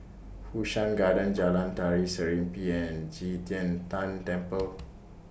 Fu Shan Garden Jalan Tari Serimpi and Qi Tian Tan Temple